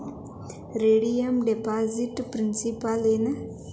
redeem deposit principal ಏನು